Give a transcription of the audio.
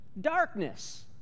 Darkness